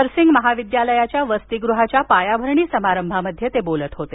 nursing महाविद्यालयाच्या वसतीगृहाच्या पायाभरणी समारंभात ते बोलत होते